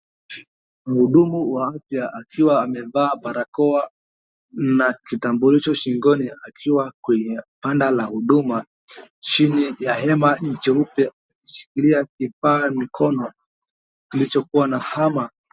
Mhudumu wa afya akiwa amevaa barakoa na kitambulisho shingoni aki kwenye banda la huduma. Chini ya hema jeupe ameshikilia kifaa mikono kilichokuwa na hama.